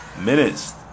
minutes